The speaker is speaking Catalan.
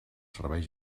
serveis